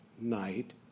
night